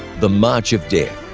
the march of death.